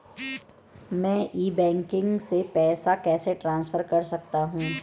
मैं e banking से पैसे कैसे ट्रांसफर कर सकता हूं?